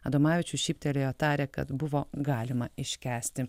adomavičius šypterėjo tarė kad buvo galima iškęsti